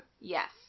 Yes